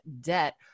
debt